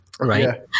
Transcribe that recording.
Right